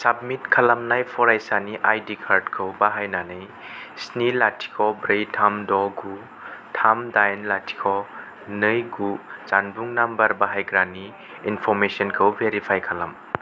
submit खालामनाय फरायसानि I D कार्डखौ बाहायनानै स्नि लाथिख' ब्रै थाम द' गु थाम दाइन लाथिख' नै गु जानबुं नम्बर बाहायग्रानि इनफ'रमेसनखौ भेरिफाइ खालाम